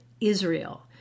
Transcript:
Israel